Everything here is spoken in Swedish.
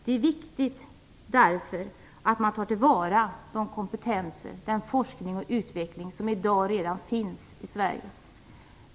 Därför är det viktigt att man tar till vara de kompetenser, den forskning och utveckling som i dag redan finns i Sverige.